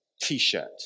T-shirt